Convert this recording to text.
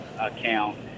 account